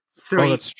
three